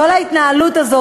כל ההתנהלות הזאת,